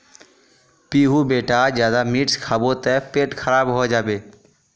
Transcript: पीहू बेटा ज्यादा मिर्च खाबो ते पेट खराब हों जाबे